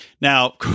Now